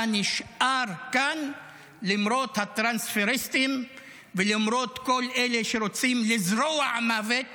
אתה נשאר כאן למרות הטרנספריסטים ולמרות כל אלה שרוצים לזרוע מוות